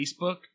Facebook